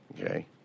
Okay